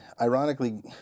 ironically